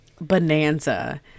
bonanza